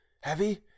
Heavy